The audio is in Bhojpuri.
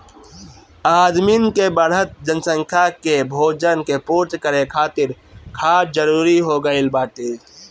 आदमिन के बढ़त जनसंख्या के भोजन के पूर्ति करे खातिर खाद जरूरी हो गइल बाटे